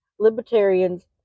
libertarians